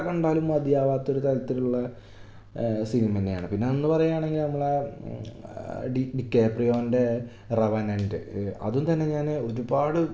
എത്ര കണ്ടാലും മതിയാവാത്തൊരു തരത്തിൽ സിനിമ തന്നെയാണ് പിന്നെയെന്നു പറയാണെങ്കിൽ നമ്മൾ ഡികാപ്രിയോണിൻ്റെ റെവനൻറ്റ് അതും തന്നെ ഞാൻ ഒരുപാട്